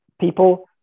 People